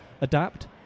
adapt